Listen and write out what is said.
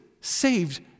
saved